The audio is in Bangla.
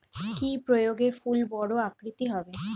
কি প্রয়োগে ফুল বড় আকৃতি হবে?